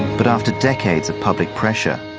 but after decades of public pressure,